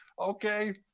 Okay